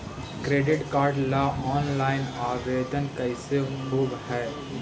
Credit card ल online आवेदन कैसे होब है?